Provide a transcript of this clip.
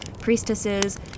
priestesses